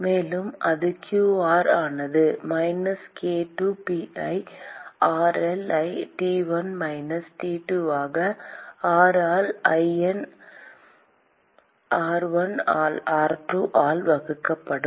மேலும் அது q r ஆனது minus k 2pi r L ஐ T1 மைனஸ் T2 ஆக r ஆல் ln r1 ஆல் r2 ஆல் வகுக்கப்படும்